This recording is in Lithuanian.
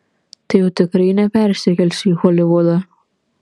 tai jau tikrai nepersikelsiu į holivudą